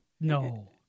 No